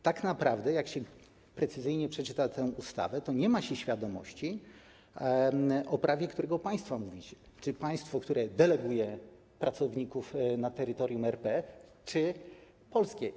Tak naprawdę, jeśli precyzyjnie przeczyta się tę ustawę, nie ma się świadomości, o prawie którego państwa mówicie - czy państwa, które deleguje pracowników na terytorium RP, czy polskiego.